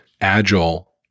agile